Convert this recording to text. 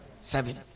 Seven